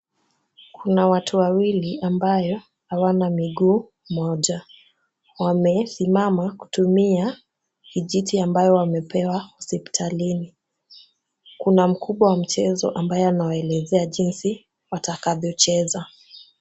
Kuna watu wawili ambao hawana mguu moja wamesimama kutumia kijiti ambayo wamepewa hospitalini. Kuna mkubwa wa mchezo ambaye anawaeleze jinsi watakavyo cheza.